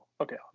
Okay